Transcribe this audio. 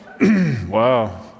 Wow